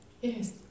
Yes